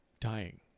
dying